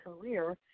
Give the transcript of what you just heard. career